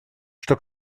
что